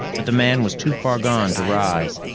but the man was too far gone to rise.